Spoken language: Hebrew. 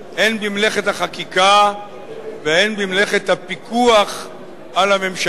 הן במלאכת החקיקה והן במלאכת הפיקוח על הממשלה.